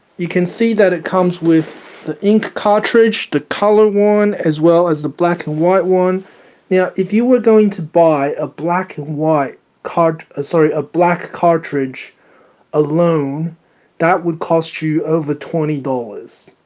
you can see that it comes with the ink cartridge the color one as well as the black and white one now if you were going to buy a black and white card ah sorry a black cartridge alone that would cost you over twenty dollars